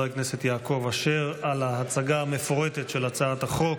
הכנסת יעקב אשר על ההצגה המפורטת של הצעת החוק.